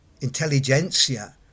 intelligentsia